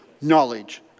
knowledge